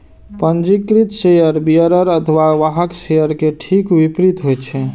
पंजीकृत share bearer अथवा वाहक शेयर के ठीक विपरीत होइ छै